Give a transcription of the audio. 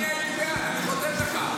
--- אני חותם לך.